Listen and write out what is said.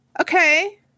Okay